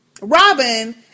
Robin